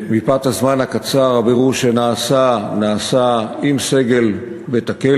מפאת הזמן הקצר נעשה בירור קצר